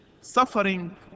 suffering